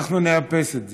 אנחנו נאפס את זה.